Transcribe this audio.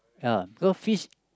ya because fish